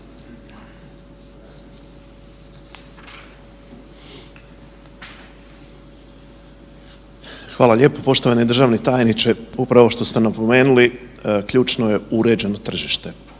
Hvala lijepo. Poštovani državni tajniče upravo što ste napomenuli ključno je uređeno tržište. Znači